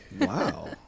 Wow